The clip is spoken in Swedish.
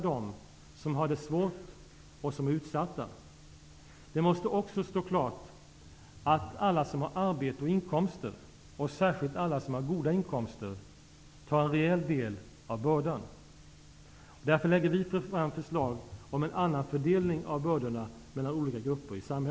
Genom att förhindra en forsatt snabb utslagning av produktionskapacitet och genom att tidigarelägga investeringar kan vi bekämpa arbetslösheten nu -- och vi kan minska risken för inflationsdrivande flaskhalsar längre fram.